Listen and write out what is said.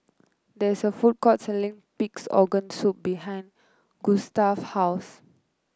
there is a food court selling Pig's Organ Soup behind Gustaf's house